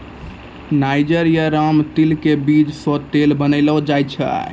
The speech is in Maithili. नाइजर या रामतिल के बीज सॅ तेल बनैलो जाय छै